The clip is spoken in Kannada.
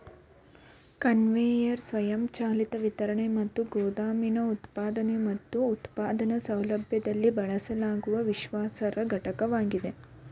ಕನ್ವೇಯರ್ ಸ್ವಯಂಚಾಲಿತ ವಿತರಣೆ ಮತ್ತು ಗೋದಾಮಿನ ಉತ್ಪಾದನೆ ಮತ್ತು ಉತ್ಪಾದನಾ ಸೌಲಭ್ಯದಲ್ಲಿ ಬಳಸಲಾಗುವ ವಿಶ್ವಾಸಾರ್ಹ ಘಟಕವಾಗಿದೆ